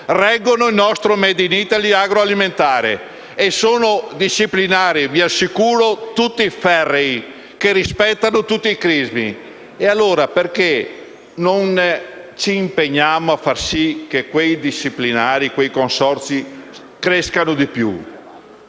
reggono il nostro *made in Italy* agroalimentare; e sono disciplinari - ve lo assicuro - tutti ferrei e che rispettano tutti i crismi. E allora, perché non ci impegniamo a far sì che quei disciplinari e quei consorzi crescano di più?